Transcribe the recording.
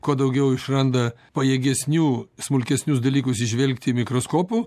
kuo daugiau išranda pajėgesnių smulkesnius dalykus įžvelgti mikroskopų